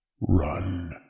Run